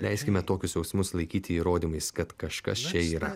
leiskime tokius jausmus laikyti įrodymais kad kažkas čia yra